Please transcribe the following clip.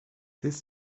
this